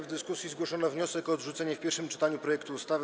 W dyskusji zgłoszono wniosek o odrzucenie w pierwszym czytaniu projektu ustawy.